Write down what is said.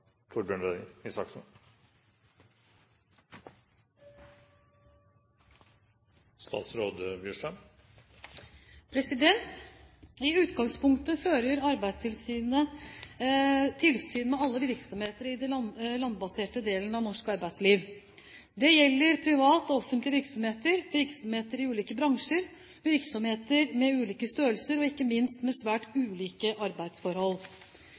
I utgangspunktet fører Arbeidstilsynet tilsyn med alle virksomheter i den landbaserte delen av norsk arbeidsliv. Det gjelder private og offentlige virksomheter, virksomheter i ulike bransjer, virksomheter med ulike størrelser – og ikke minst med svært ulike arbeidsforhold.